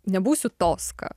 nebūsiu toską